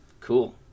Cool